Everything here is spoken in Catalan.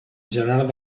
gerard